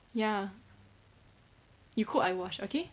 ya you cook I wash okay